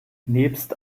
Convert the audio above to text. nebst